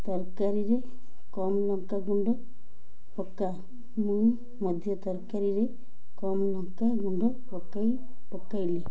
ତରକାରୀରେ କମ୍ ଲଙ୍କା ଗୁଣ୍ଡ ପକା ମୁଁ ମଧ୍ୟ ତରକାରୀରେ କମ୍ ଲଙ୍କା ଗୁଣ୍ଡ ପକାଇ ପକାଇଲି